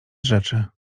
rzeczy